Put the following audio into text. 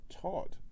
taught